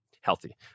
healthy